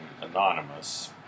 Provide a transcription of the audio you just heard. anonymous